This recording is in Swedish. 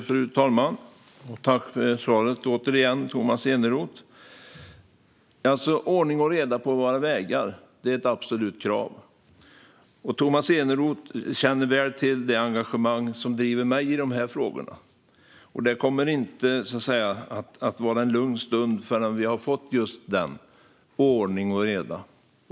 Fru talman! Tack för svaret återigen, Tomas Eneroth! Ordning och reda på våra vägar är ett absolut krav. Tomas Eneroth känner väl till det engagemang som driver mig i dessa frågor. Det kommer inte att vara en lugn stund förrän vi har fått just ordning och reda.